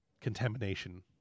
contamination